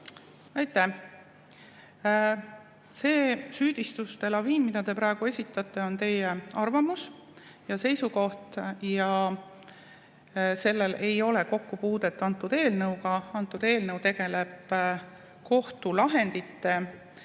See süüdistuste laviin, mida te praegu esitate, on teie arvamus ja seisukoht. Sellel ei ole kokkupuudet antud eelnõuga. Antud eelnõu tegeleb kohtulahendite,